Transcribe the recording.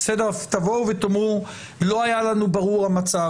אז תבואו ותאמרו לא היה לנו ברור המצב,